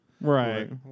Right